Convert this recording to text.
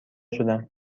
شدم